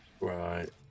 Right